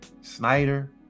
Snyder